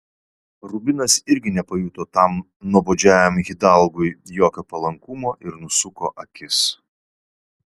rubinas irgi nepajuto tam nuobodžiajam hidalgui jokio palankumo ir nusuko akis